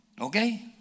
okay